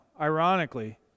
ironically